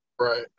right